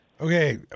Okay